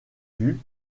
vue